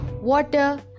water